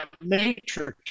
matrix